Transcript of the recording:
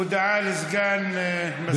הודעת לסגן מזכירת הכנסת.